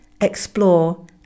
explore